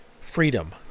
freedom